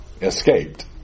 escaped